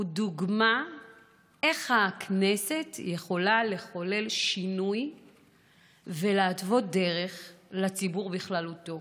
הוא דוגמה איך הכנסת יכולה לחולל שינוי ולהתוות דרך לציבור בכללותו.